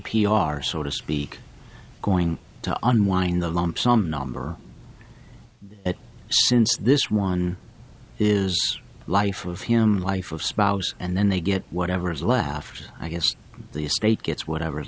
r so to speak going to unwind the lump sum number at since this one is life of him life of spouse and then they get whatever's left i guess the estate gets whatever's